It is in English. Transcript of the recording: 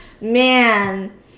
Man